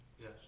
Yes